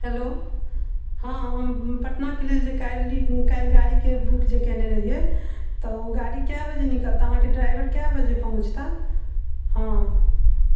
hello हँ हम पटना के लेल जे काल्हि गाड़ी के बुक जे केने रहीयै तऽ ओ गाड़ी कय बजे निकलतै अहाँके ड्राइवर कय बजे पहुँचता हँ